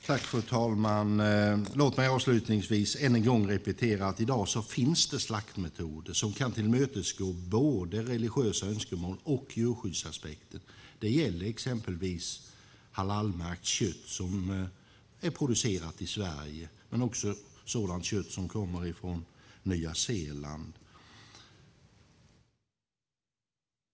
Fru talman! Låt mig avslutningsvis än en gång repetera att det i dag finns slaktmetoder som kan tillmötesgå både religiösa önskemål och djurskyddsaspekter. Det gäller exempelvis halalmärkt kött som är producerat i Sverige och sådant kött som kommer från Nya Zeeland.